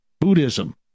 Buddhism